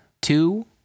two